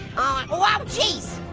oh and whoa um jeez.